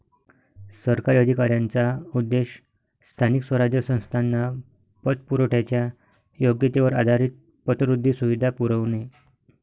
सरकारी अधिकाऱ्यांचा उद्देश स्थानिक स्वराज्य संस्थांना पतपुरवठ्याच्या योग्यतेवर आधारित पतवृद्धी सुविधा पुरवणे